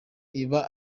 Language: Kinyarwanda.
iba